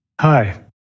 Hi